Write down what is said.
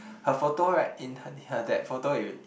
her photo right in her her that photo you